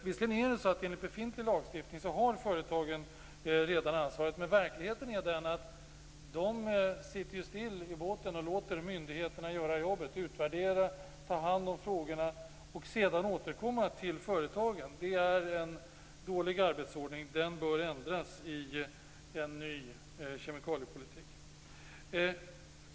Visserligen har företagen redan enligt befintlig lagstiftning ansvaret, men verkligheten är den att företagen sitter still i båten och låter myndigheterna göra jobbet - utvärdera, ta hand om frågorna och sedan återkomma till företagen. Det är en dålig arbetsordning. Den bör ändras i en ny kemikaliepolitik.